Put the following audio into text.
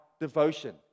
devotion